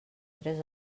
tres